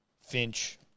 Finch